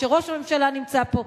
כשראש הממשלה נמצא פה,